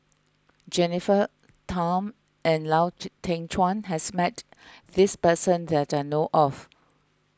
Jennifer Tham and Lau Teng Chuan has met this person that I know of